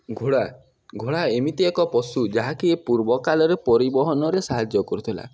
ଘୋଡ଼ା ଘୋଡ଼ା ଏମିତି ଏକ ପଶୁ ଯାହାକି ପୂର୍ବକାଳରେ ପରିବହନରେ ସାହାଯ୍ୟ କରୁଥିଲା